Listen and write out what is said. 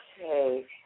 Okay